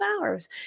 hours